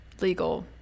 legal